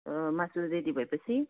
मासु रेडी भएपछि